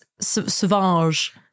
Sauvage